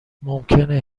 ممکنه